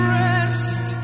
rest